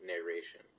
narration